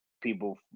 people